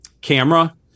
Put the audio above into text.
camera